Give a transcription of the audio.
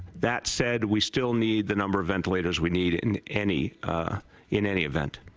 that said, we still need the number of ventilators we need in any in any event.